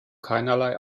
keinerlei